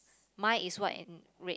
mine is what and red